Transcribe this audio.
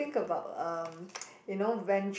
think about um you know ven~